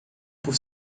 por